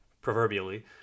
proverbially